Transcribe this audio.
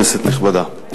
כנסת נכבדה,